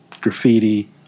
graffiti